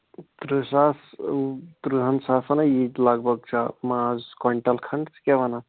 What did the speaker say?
تٕرٛہ ساس تٕرٛہن ساسَن ہَے یی لگ بگ چا ماز کویِنٹَل کھنڈ ژٕ کیٛاہ وَنان